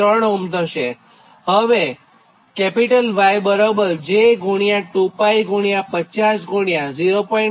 તમે X ગણો તો 60